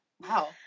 Wow